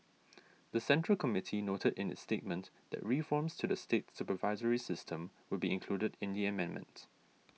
the Central Committee noted in the statement that reforms to the state supervisory system would be included in the amendment